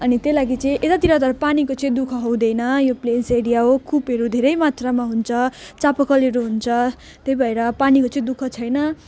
अनि त्यही लागि चाहिँ यतातिर तर पानीको चाहिँ दुःख हुँदैन यो प्लेन्स एरिया हो कुपहरू धेरै मात्रामा हुन्छ चापाकलहरू हुन्छ त्यही भएर पानीको चाहिँ दुःख छैन